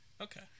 Okay